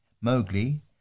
Mowgli